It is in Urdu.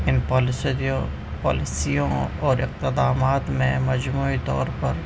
ان پالیسیوں اور اقتدامات میں مجموعی طور پر